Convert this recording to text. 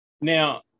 Now